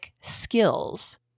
skills